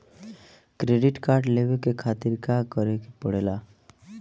Credit card लेवे के खातिर का करेके पड़ेला?